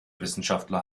wissenschaftler